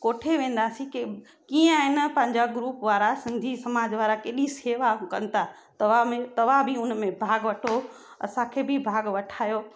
कोठे वेंदासीं के कीअं आहे न पंहिंजा ग्रुप वारा सिंधी समाज वारा कहिड़ी शेवा कनि था तव्हां बि तव्हां बि उन में भाग वठो असांखे बि भाग वठायो